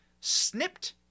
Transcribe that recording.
snipped